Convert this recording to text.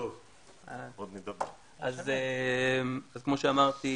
אז כמו שאמרתי,